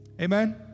Amen